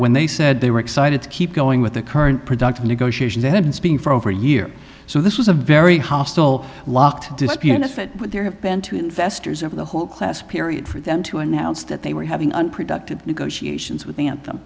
when they said they were excited to keep going with the current productive negotiation they had been speaking for over a year so this was a very hostile locked dispy and if it would there have been to investors of the whole class period for them to announce that they were having unproductive negotiations with anthem